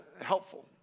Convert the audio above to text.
helpful